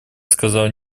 сказал